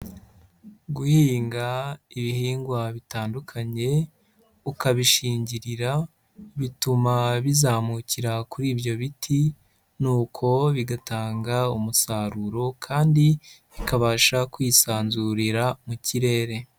Guhinga ibihingwa bitandukanye ukabishingirira, bituma bizamukira kuri ibyo biti, nuko bigatanga umusaruro kandi bikabasha kwisanzurira mu kirere.